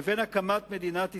לבין הקמת מדינת ישראל.